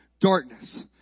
darkness